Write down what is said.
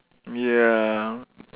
ya